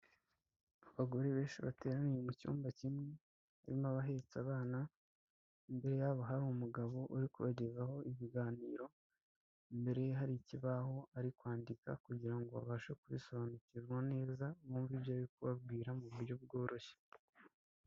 Abagore benshi bateraniye mu cyumba kimwe, harimo abahetse abana imbere yabo, hari umugabo uri kubagezaho ibiganiro, imbere hari ikibaho ari kwandika kugira ngo abashe kubisobanukirwa neza, bumve ibyo ari kubabwira mu buryo bworoshye.